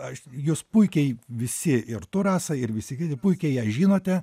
aš jūs puikiai visi ir tu rasa ir visi kiti puikiai ją žinote